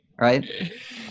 right